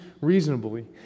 reasonably